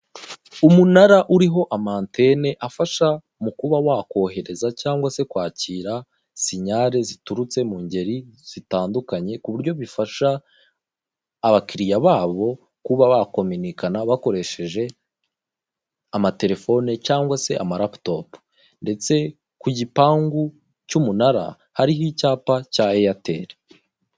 Umunara uriho amantene afasha mu kuba wakohereza cyangwa se kwakira sinyare ziturutse mu ngeri zitandukanye, ku buryo bifasha abakiriya babo kuba bakominikana bakoresheje amatelefone cyangwa se amaraputopu ndetse ku gipangu cy'umunara hariho icyapa cya Eyateri.